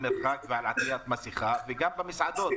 גם במסעדות,